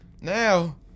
now